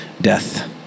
Death